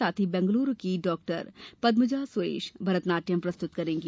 साथ ही बैंगलोर की डॉ पदमजा सुरेश भरतनाट्यम प्रस्तुत करेंगी